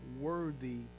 worthy